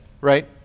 right